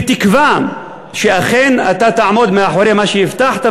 בתקווה שאכן אתה תעמוד מאחורי מה שהבטחת,